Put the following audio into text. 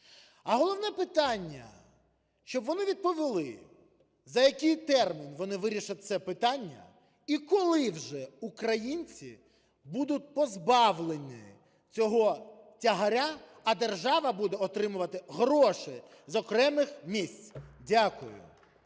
А головне питання, щоб вони відповіли – за який термін вони вирішать це питання і коли вже українці будуть позбавлені цього тягаря, а держава буде отримувати гроші з окремих місць? Дякую.